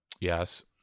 Yes